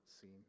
seen